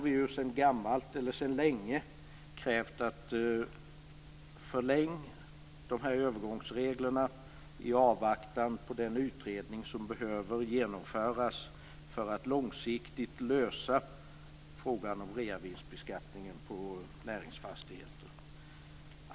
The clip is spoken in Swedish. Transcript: Vi har sedan länge krävt att man skall förlänga övergångsreglerna i avvaktan på den utredning som behöver genomföras för att man långsiktigt skall kunna lösa frågan om reavinstbeskattningen på näringsfastigheter.